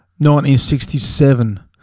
1967